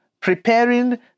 preparing